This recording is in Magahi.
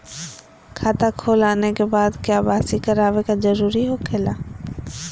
खाता खोल आने के बाद क्या बासी करावे का जरूरी हो खेला?